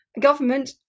government